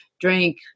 drink